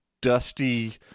dusty